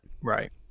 right